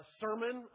sermon